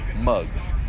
mugs